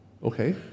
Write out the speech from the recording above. Okay